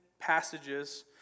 passages